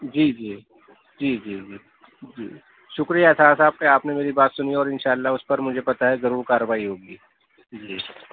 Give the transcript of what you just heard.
جی جی جی جی جی جی شکریہ اسرار صاحب کہ آپ نے میری بات سنی اور ان شاء اللہ اس پر مجھے پتہ ہے ضرور کارروائی ہوگی جی